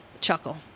chuckle